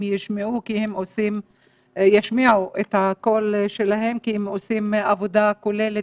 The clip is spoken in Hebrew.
ישמיעו את קולם כי הם עושים עבודה כוללת,